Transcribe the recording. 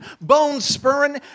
bone-spurring